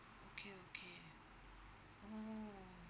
okay okay oh